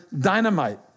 dynamite